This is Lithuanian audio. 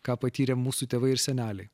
ką patyrė mūsų tėvai ir seneliai